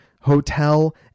hotel